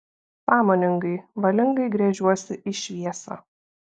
sąmoningai valingai gręžiuosi į šviesą